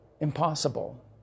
impossible